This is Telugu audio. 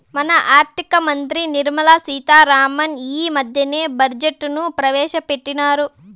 మన ఆర్థిక మంత్రి నిర్మలా సీతా రామన్ ఈ మద్దెనే బడ్జెట్ ను ప్రవేశపెట్టిన్నారు